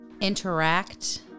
Interact